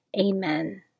Amen